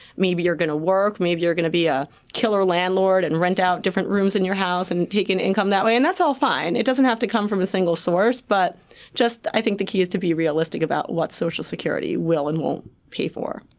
maybe you're going to work. maybe you're going to be a killer landlord and rent out different rooms in your house and take in income that way. and that's all fine. it doesn't have to come from a single source, but i think the key is to be realistic about what social security will and won't pay for.